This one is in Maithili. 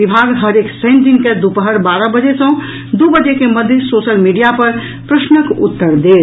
विभाग हरेक शनि दिन के दुपहर बारह बजे सँ दू बजे के मध्य सोशल मीडिया पर प्रश्नक उत्तर देत